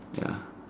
ya